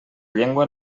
llengua